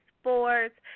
sports